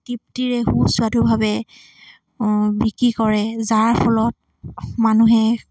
তৃপ্তিৰে সুস্বাধুভাৱে বিক্ৰী কৰে যাৰ ফলত মানুহে